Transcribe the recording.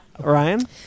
Ryan